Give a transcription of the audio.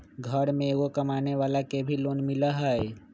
घर में एगो कमानेवाला के भी लोन मिलहई?